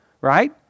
right